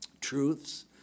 truths